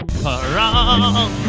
wrong